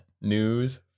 News